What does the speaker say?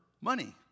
money